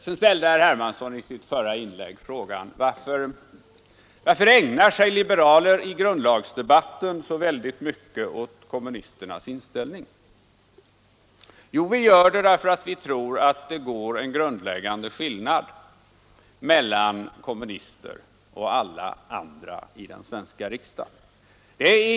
Sedan ställde herr Hermansson i sitt förra inlägg frågan: Varför ägnar sig liberaler i grundlagsdebatten så mycket åt kommunisternas inställning? Jo, vi gör det därför att vi tror att det finns en grundläggande skillnad mellan kommunister och alla andra i den svenska riksdagen.